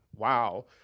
wow